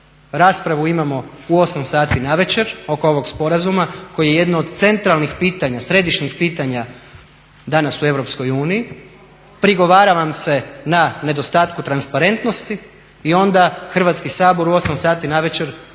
Raspravu imamo u 20,00 sati oko ovog sporazuma koje je jedno od centralnih pitanja, središnjih pitanja danas u EU. Prigovara vam se na nedostatku transparentnosti i onda Hrvatski sabor u 20,00 pred praznom